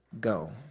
go